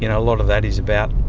you know a lot of that is about